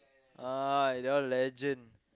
ah eh that one legend